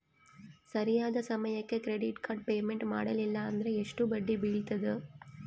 ಸರಿಯಾದ ಸಮಯಕ್ಕೆ credit card payment ಮಾಡಲಿಲ್ಲ ಅಂದ್ರೆ ಎಷ್ಟು ಬಡ್ಡಿ ಬೇಳ್ತದ?